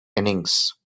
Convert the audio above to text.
innings